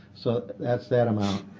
so that's that amount.